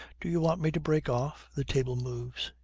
do you want me to break off the table moves.